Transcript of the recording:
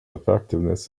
effectiveness